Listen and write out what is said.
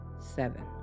seven